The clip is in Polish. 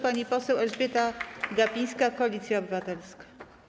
Pani poseł Elżbieta Gapińska, Koalicja Obywatelska.